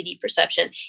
perception